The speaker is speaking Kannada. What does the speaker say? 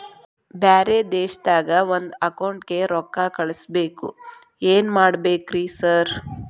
ಬ್ಯಾರೆ ದೇಶದಾಗ ಒಂದ್ ಅಕೌಂಟ್ ಗೆ ರೊಕ್ಕಾ ಕಳ್ಸ್ ಬೇಕು ಏನ್ ಮಾಡ್ಬೇಕ್ರಿ ಸರ್?